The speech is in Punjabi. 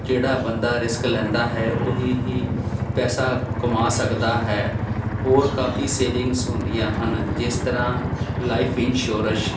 ਜਿਹੜਾ ਬੰਦਾ ਰਿਸਕ ਲੈਂਦਾ ਹੈ ਉਹ ਹੀ ਹੀ ਪੈਸਾ ਕਮਾ ਸਕਦਾ ਹੈ ਹੋਰ ਕਾਫ਼ੀ ਸੇਵਿੰਗਸ ਹੁੰਦੀਆਂ ਹਨ ਜਿਸ ਤਰ੍ਹਾਂ ਲਾਈਫ ਇਨਸ਼ੋਰੈਸ਼